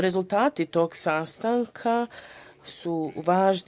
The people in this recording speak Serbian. Rezultati tog sastanka su važni.